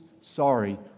sorry